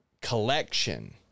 collection